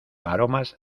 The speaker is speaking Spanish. aromas